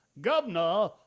Governor